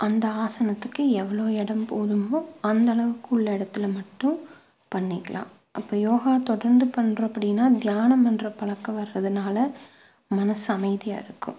அந்த ஆசனத்துக்கு எவ்வளோ இடம் போதுமோ அந்தளவுக்கு உள்ள இடத்துல மட்டும் பண்ணிக்கலாம் அப்போ யோகா தொடர்ந்து பண்ணுறோம் அப்படின்னா தியானம் பண்ணுற பழக்கம் வர்றதனால மனது அமைதியாக இருக்கும்